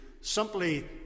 simply